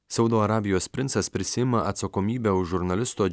saudo arabijos princas prisiima atsakomybę už žurnalisto